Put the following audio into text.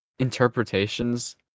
interpretations